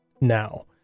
now